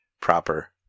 proper